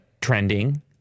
trending